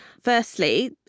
Firstly